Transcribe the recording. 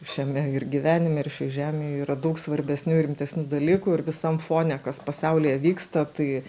šiame ir gyvenime ir šioj žemėj yra daug svarbesnių ir rimtesnių dalykų ir visam fone kas pasaulyje vyksta tai